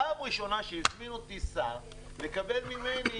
פעם ראשונה שהזמין אותי שר לקבל ממני